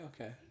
okay